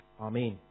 Amen